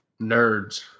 nerds